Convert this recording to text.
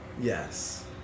Yes